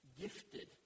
gifted